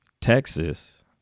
Texas